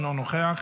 אינו נוכח,